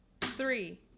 Three